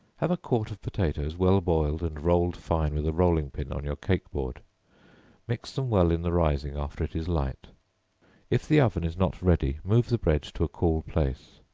have a quart of potatoes well boiled and rolled fine with a rolling-pin on your cake board mix them well in the rising after it is light if the oven is not ready, move the bread to a cool place.